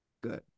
good